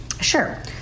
Sure